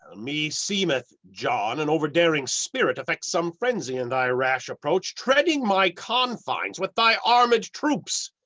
ah me seemeth john an over-daring spirit effects some frenzy in thy rash approach, treading my confines with thy armed troops.